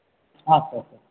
আচ্ছা আচ্ছা